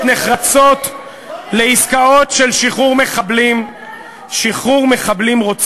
נחרצות לעסקאות של שחרור מחבלים רוצחים.